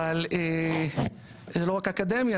אבל זה לא רק אקדמיה,